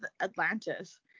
atlantis